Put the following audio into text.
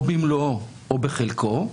או במלואו או בחלקו,